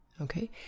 Okay